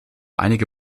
einige